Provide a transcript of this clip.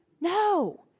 no